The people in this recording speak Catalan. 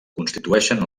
constitueixen